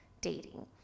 dating